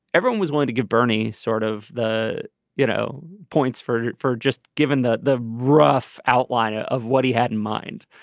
everyone was willing to give bernie sort of the you know points for it for just given the the rough outline ah of what he had in mind.